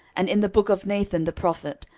and in the book of nathan the prophet,